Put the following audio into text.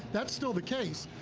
that's still the case,